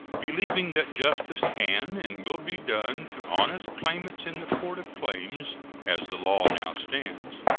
believing that justice can and will be done to honest claimants in the court of claims as the law now stands,